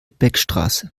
beckstraße